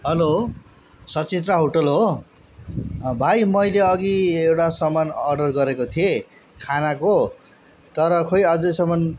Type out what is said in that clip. hello Sachitra hotel हो भाइ मैले अघि एउटा सामान अर्डर गरेको थिएँ खानाको तर खै अझसम्म